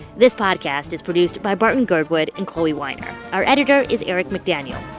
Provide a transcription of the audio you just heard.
this podcast is produced by barton girdwood and chloee weiner. our editor is eric mcdaniel.